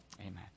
amen